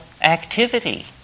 activity